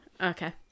Okay